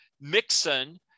Mixon